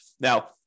Now